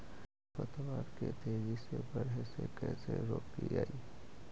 खर पतवार के तेजी से बढ़े से कैसे रोकिअइ?